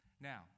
Now